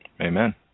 Amen